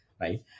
Right